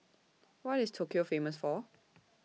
What IS Tokyo Famous For